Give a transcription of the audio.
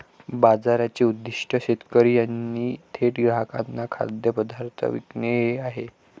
बाजाराचे उद्दीष्ट शेतकरी यांनी थेट ग्राहकांना खाद्यपदार्थ विकणे हे आहे